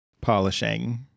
polishing